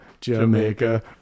Jamaica